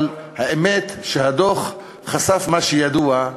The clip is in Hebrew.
אבל האמת, הדוח חשף מה שידוע: